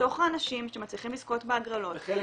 מתוך האנשים שמצליחים לזכות בהגרלות -- חלק